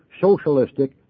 socialistic